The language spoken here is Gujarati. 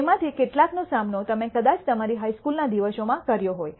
તેમાંથી કેટલાકનો સામનો તમે કદાચ તમારી હાઇ સ્કૂલના દિવસોમાં કર્યો હોય